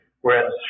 Whereas